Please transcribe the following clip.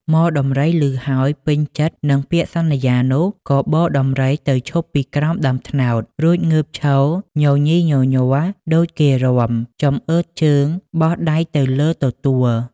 ហ្មដំរី ឮហើយពេញចិត្តនឹងពាក្យសន្យានោះ ក៏បរដំរីទៅឈប់ពីក្រោមដើមត្នោត រួចងើបឈរញញីញញ័រដូចគេរាំ ចំអើតជើង បោះដៃទៅលើទទួល។